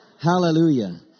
Hallelujah